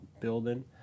building